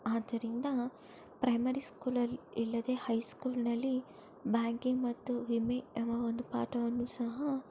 ಆದ್ದರಿಂದ ಪ್ರೈಮರಿ ಸ್ಕೂಲಲ್ಲಿ ಇಲ್ಲದೆ ಹೈ ಸ್ಕೂಲ್ನಲ್ಲಿ ಬ್ಯಾಂಕಿಂಗ್ ಮತ್ತು ವಿಮೆ ಎಂಬ ಒಂದು ಪಾಠವನ್ನು ಸಹ